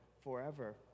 forever